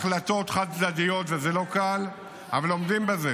החלטות חד-צדדיות, וזה לא קל, אבל עומדים בזה,